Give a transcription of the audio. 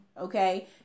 okay